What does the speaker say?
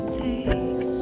take